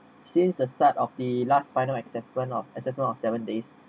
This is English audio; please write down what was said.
since the start of the last final assessment of assessment of seven days